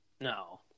No